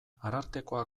arartekoa